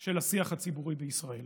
של השיח הציבורי בישראל